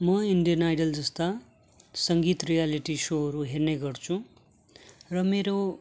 म Indian idol जस्ता सङ्गीत रियालिटी सोहरू हेर्ने गर्छु र मेरो